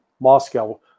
Moscow